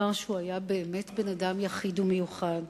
שהוא היה באמת בן-אדם יחיד ומיוחד.